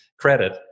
credit